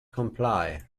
comply